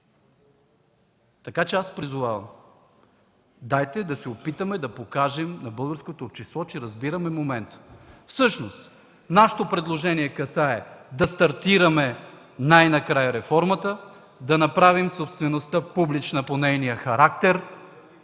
Така че призовавам: дайте да се опитаме да покажем на българското общество, че разбираме момента. Всъщност нашето предложение касае да стартираме най-накрая реформата, да направим собствеността публична по нейния характер,